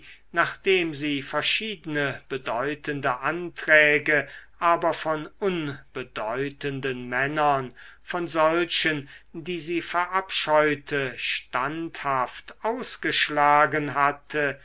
nachdem sie verschiedene bedeutende anträge aber von unbedeutenden männern von solchen die sie verabscheute standhaft ausgeschlagen hatte